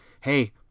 hey